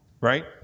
right